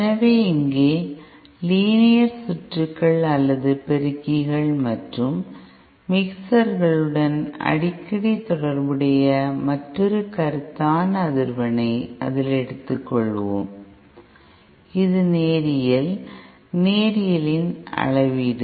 எனவே இங்கே லீனியர் சுற்றுகள் அல்லது பெருக்கிகள் மற்றும் மிக்சர்களுடன் அடிக்கடி தொடர்புடைய மற்றொரு கருத்தான அதிர்வெண்ணை அதில் எடுத்துக்கொள்வோம் இது நேரியல் நேரியல் இன் அளவீடு